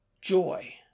joy